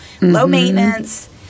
low-maintenance